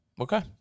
Okay